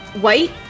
White